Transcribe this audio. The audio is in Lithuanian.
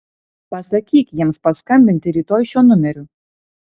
pasakyk jiems paskambinti rytoj šiuo numeriu